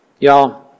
Y'all